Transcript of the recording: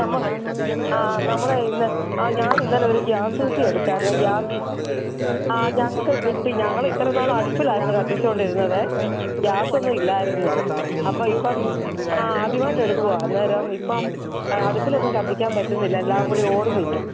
നമ്മ ആ നമ്മളേ ഇന്ന് ആ ഞാൻ ഇന്നലെ ഒരു ഗ്യാസ് കുറ്റി എടുത്തിരുന്നു ഗ്യാസ് ആ ഞങ്ങൾക്ക് കിട്ടി ഞങ്ങൾ ഇത്ര നാൾ അടുപ്പിലായിരുന്നു കത്തിച്ചുകൊണ്ട് ഇരുന്നതേ ഗ്യാസ് ഒന്നും ഇല്ലായിരുന്നു അപ്പോൾ ഇപ്പം ആ ആദ്യമായിട്ട് എടുക്കുവാണ് അന്നേരം ഇപ്പം അടുപ്പിലൊന്നും കത്തിക്കാൻ പറ്റുന്നില്ല എല്ലാം കൂടി ഓടുന്നില്ല